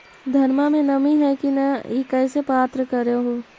धनमा मे नमी है की न ई कैसे पात्र कर हू?